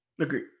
Agree